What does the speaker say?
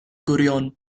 gurion